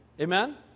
Amen